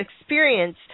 experience